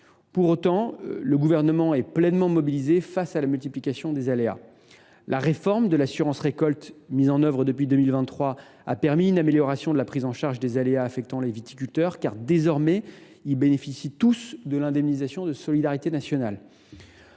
pour la PAC, le Gouvernement est pleinement mobilisé face à la multiplication des aléas. La réforme de l’assurance récolte, mise en œuvre depuis 2023, a permis d’améliorer la prise en charge des aléas affectant les viticulteurs, qui peuvent tous bénéficier, désormais, de l’indemnisation de solidarité nationale.